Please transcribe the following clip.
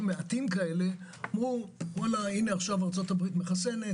מעטים כאלה אמרו: עכשיו ארצות הברית מחסנת,